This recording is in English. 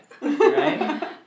Right